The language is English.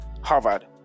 Harvard